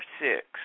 six